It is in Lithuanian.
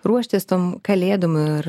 ruoštis tom kalėdom ir